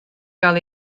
gael